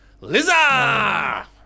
Liza